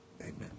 Amen